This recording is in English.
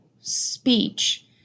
speech